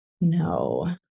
No